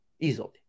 Easily